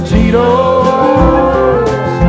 Tito's